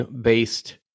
based